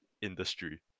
industry